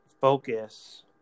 focus